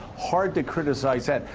hard to criticize that.